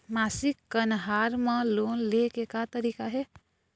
मासिक कन्हार म लोन ले के का तरीका हे?